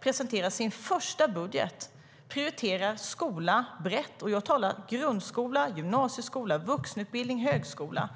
regeringspartierna i sin första budget prioriterar utbildning brett. Jag talar om grundskola, gymnasieskola, vuxenutbildning och högskola.